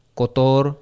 kotor